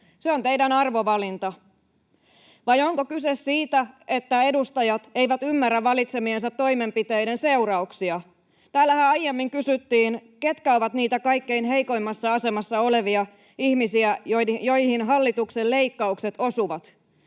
Se on teidän arvovalintanne. Vai onko kyse siitä, että edustajat eivät ymmärrä valitsemiensa toimenpiteiden seurauksia? Täällähän aiemmin kysyttiin, ketkä ovat niitä kaikkein heikoimmassa asemassa olevia ihmisiä, joihin hallituksen leikkaukset osuvat.